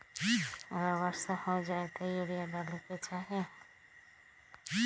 अगर वर्षा हो जाए तब यूरिया डाले के चाहि?